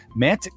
mantic